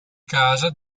casa